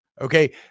Okay